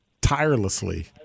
tirelessly